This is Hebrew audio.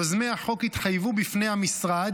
יוזמי החוק התחייבו בפני המשרד,